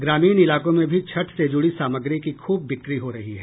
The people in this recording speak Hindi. ग्रामीण इलाकों में भी छठ से जुड़ी सामग्री की खूब बिक्री हो रही है